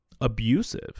abusive